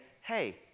hey